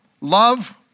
love